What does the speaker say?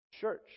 church